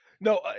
No